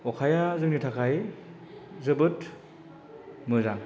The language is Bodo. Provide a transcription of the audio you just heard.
अखाया जोंनि थाखाय जोबोद मोजां